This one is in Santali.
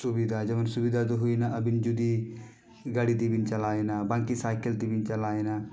ᱥᱩᱵᱤᱫᱟ ᱡᱮᱢᱚᱱ ᱥᱩᱵᱤᱫᱟ ᱫᱚ ᱦᱩᱭᱮᱱᱟ ᱟᱹᱵᱤᱱ ᱡᱩᱫᱤ ᱜᱟᱹᱰᱤ ᱛᱮᱵᱤᱱ ᱪᱟᱞᱟᱣᱮᱱᱟ ᱵᱟᱝᱠᱤ ᱥᱟᱭᱠᱮᱞ ᱛᱮᱵᱤᱱ ᱪᱟᱞᱟᱣᱮᱱᱟ